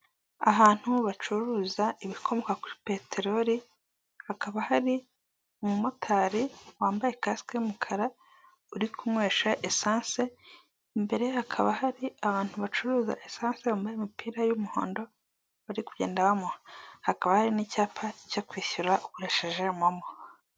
Ahantu bacuruza ibikomoka kuri peterori hakaba hari umumotari wambaye kasike y'umukara uri kunywesha esanse, imbere hakaba hari abantu bacuruza esanse bambaye imipira y'umuhondo bari kugenda bamuha, hakaba hari n'icyapa cyo kwishyura ukoresheje momo.